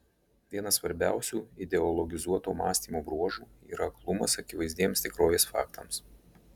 vienas svarbiausių ideologizuoto mąstymo bruožų yra aklumas akivaizdiems tikrovės faktams